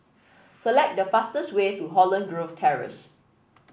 select the fastest way to Holland Grove Terrace